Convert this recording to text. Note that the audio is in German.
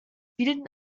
bilden